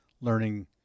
learning